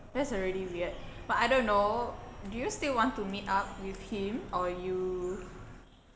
that's a really weird but I don't know do you still want to meet up with him or you